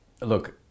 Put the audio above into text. look